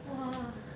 !wah!